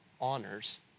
honors